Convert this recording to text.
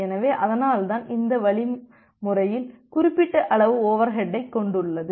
எனவே அதனால்தான் இந்த வழிமுறையில் குறிப்பிட்ட அளவு ஓவர்ஹெட்டை கொண்டுள்ளது